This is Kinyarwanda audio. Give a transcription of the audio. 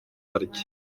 arya